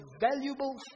valuable